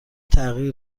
تغییر